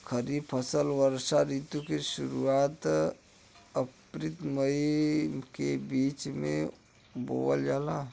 खरीफ फसल वषोॅ ऋतु के शुरुआत, अपृल मई के बीच में बोवल जाला